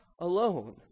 alone